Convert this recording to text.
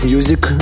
Music